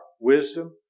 wisdom